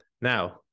now